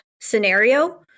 scenario